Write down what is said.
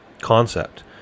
concept